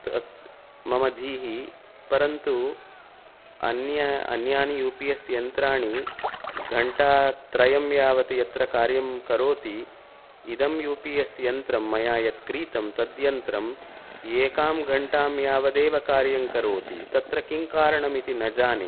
मम धीः परन्तु अन्य अन्यानि यू पि यस् यन्त्राणि गण्टात्रयं यावत् यत्र कार्यं करोति इदं यू पि यस् यन्त्रं मया यत् क्रीतं तद्यन्त्रम् एकां गण्टां यावदेव कार्यं करोति तत्र किं कारणमिति न जाने